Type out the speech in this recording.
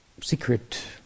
secret